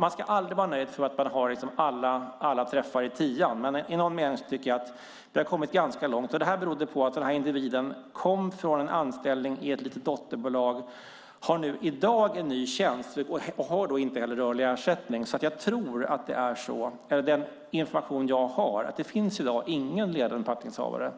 Man ska inte vara nöjd förrän man har alla träffar i tian. Men i någon mening har vi kommit ganska långt. Detta berodde på att den individen kom från en anställning i ett litet dotterbolag, och individen har nu i dag en ny tjänst och inte heller rörlig ersättning. Den information jag har i dag är att det inte finns någon ledande befattningshavare